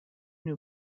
new